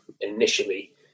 initially